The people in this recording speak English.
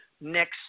next